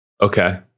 Okay